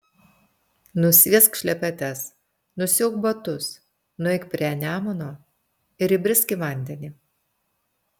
nusviesk šlepetes nusiauk batus nueik prie nemuno ir įbrisk į vandenį